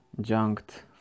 junked